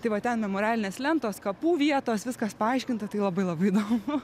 tai va ten memorialinės lentos kapų vietos viskas paaiškinta tai labai labai įdomu